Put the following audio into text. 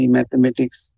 Mathematics